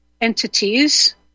entities